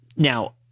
Now